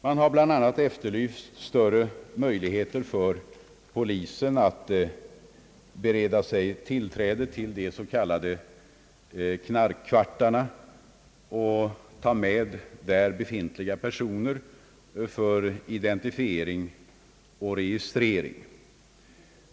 Man har bl.a. efterlyst större möjligheter för polisen att bereda sig tillträde till s.k. knarkkvartar och ta med där befintliga personer för identifiering och registrering.